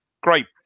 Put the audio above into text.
great